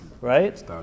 right